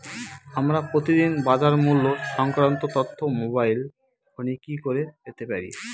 আমরা প্রতিদিন বাজার মূল্য সংক্রান্ত তথ্য মোবাইল ফোনে কি করে পেতে পারি?